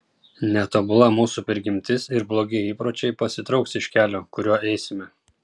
netobula mūsų prigimtis ir blogi įpročiai pasitrauks iš kelio kuriuo eisime